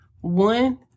one